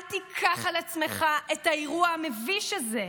אל תיקח על עצמך את האירוע המביש הזה.